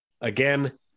Again